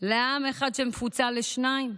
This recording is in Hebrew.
לעם אחד שמפוצל לשניים?